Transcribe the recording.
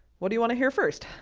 what do you want to hear first?